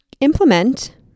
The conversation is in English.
implement